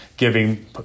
giving